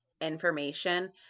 information